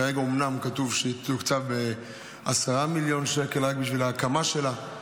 כרגע אומנם כתוב שהיא תתוקצב ב-10 מיליון שקל רק בשביל ההקמה שלה,